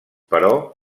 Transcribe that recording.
però